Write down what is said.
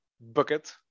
bucket